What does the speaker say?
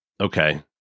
Okay